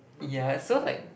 yeah so like